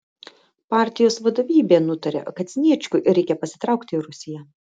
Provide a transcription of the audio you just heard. partijos vadovybė nutarė kad sniečkui reikia pasitraukti į rusiją